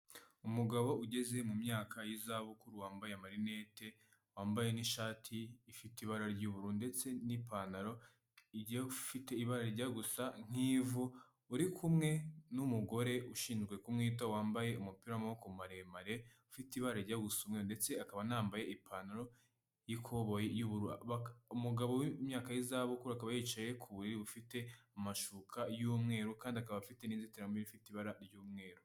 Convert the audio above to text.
Umugabo ugeze mu myaka y'izabukuru wambaye amarineti wambaye n'ishati ifite ibara ry'ubururu ndetse n'ipantaro ifite ibara rijya gusa nk'ivu uri kumwe n'umugore ushinzwe kumwitaho wambaye umupira w’amaboko maremare ufite ibara rijya gusa umweru ndetse akaba anambaye ipantaro yikoboyi y’ubururu ,umugabo w'imyaka y'izabukuru akaba yicaye ku buriri bufite amashuka y'umweru kandi akaba afite n’inzitiramibu ifite ibara ry'umweru.